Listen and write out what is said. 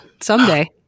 someday